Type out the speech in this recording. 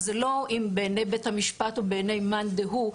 זה לא אם בעיני בית המשפט או בעיני מאן דהוא,